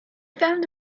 found